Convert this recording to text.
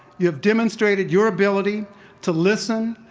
you have demonstrated your ability to listen,